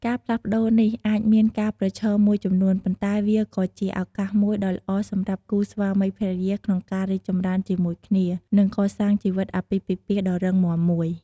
ការផ្លាស់ប្តូរនេះអាចមានការប្រឈមមួយចំនួន ប៉ុន្តែវាក៏ជាឱកាសមួយដ៏ល្អសម្រាប់គូស្វាមីភរិយា ក្នុងការរីកចម្រើនជាមួយគ្នា និងកសាងជីវិតអាពាហ៍ពិពាហ៍ដ៏រឹងមាំមួយ។